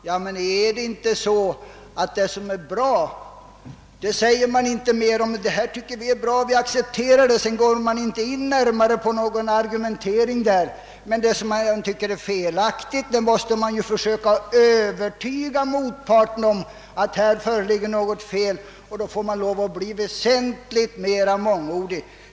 Ja, men det är ju så, att det som är bra säger man inte mer om än att man tycker att det är bra, att man accepterar det, och man går inte in på någon närmare argumentering. Men beträffande det som man tycker är felaktigt måste man ju försöka övertyga motparten om att det föreligger något fel, och då får man lov att bli väsentligt mera mångordig.